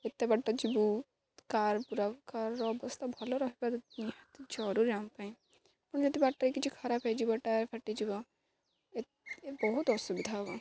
ଏତେ ବାଟ ଯିବୁ କାର୍ ପୁରା କାର୍ର ଅବସ୍ଥା ଭଲ ରହିବା ନିହାତି ଜରୁରୀ ଆମ ପାଇଁ ପୁଣି ଯଦି ବାଟରେ କିଛି ଖରାପ ହେଇଯିବ ଟାୟାର୍ ଫାଟି ଯିବ ଏ ବହୁତ ଅସୁବିଧା ହବ